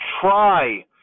try